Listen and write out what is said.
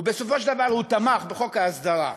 ובסופו של דבר הוא תמך בחוק ההסדרה.